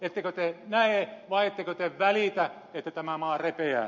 ettekö te näe vai ettekö te välitä että tämä maa repeää